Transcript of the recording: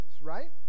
right